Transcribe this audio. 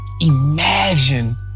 Imagine